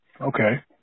Okay